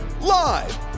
Live